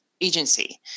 agency